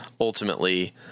ultimately